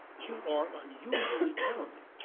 you are unusually talented,